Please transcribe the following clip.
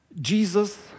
Jesus